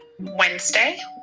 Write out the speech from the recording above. Wednesday